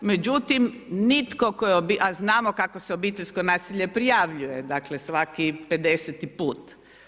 Međutim, nitko tko je, a znamo kako se obiteljsko nasilje prijavljuje dakle, svaki 50-ti put.